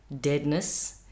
deadness